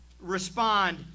respond